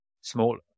smaller